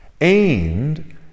aimed